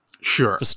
Sure